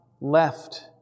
left